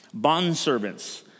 bondservants